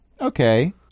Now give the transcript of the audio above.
Okay